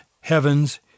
Heaven's